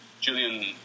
Julian